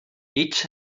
each